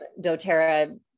doTERRA